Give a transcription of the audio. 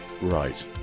right